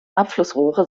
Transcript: abflussrohre